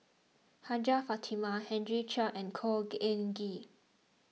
Hajjah Fatimah Henry Chia and Khor Ean Ghee